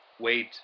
wait